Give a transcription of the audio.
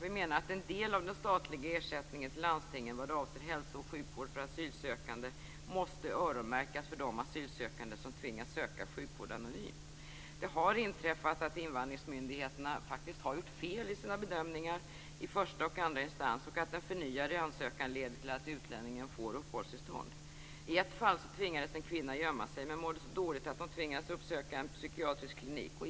Vi menar att en del av den statliga ersättningen till landstingen vad avser hälso och sjukvård för asylsökande måste öronmärkas för de asylsökande som tvingas söka sjukvård anonymt. Det har inträffat att invandringsmyndigheterna faktiskt har gjort fel i sina bedömningar i första och andra instans och att en förnyad ansökan har lett till att utlänningen fått uppehållstillstånd. I ett fall tvingades en kvinna gömma sig, men mådde så dåligt att hon tvingades uppsöka en psykiatrisk klinik.